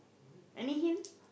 any hint